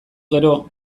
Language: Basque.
gero